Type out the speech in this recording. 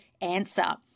answer